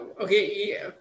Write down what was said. okay